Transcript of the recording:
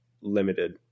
limited